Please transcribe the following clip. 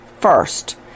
first